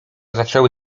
zaczęły